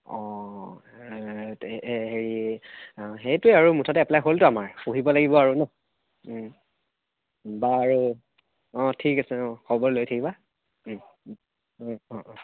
অঁ হেৰি সেইটোৱেই আৰু মুঠতে এপ্লাই হ'লতো আমাৰ পঢ়িব লাগিব আৰু ন বাৰু অঁ ঠিক আছে অঁ হ'ব লৈ থাকিবা অঁ অঁ